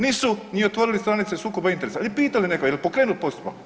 Nisu ni otvorili stranice sukoba interesa ili pitali nekoga je li pokrenut postupak?